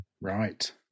Right